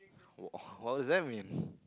what does that mean